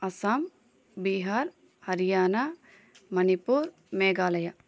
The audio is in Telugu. అస్సాం బీహార్ హర్యానా మణిపూర్ మేఘాలయ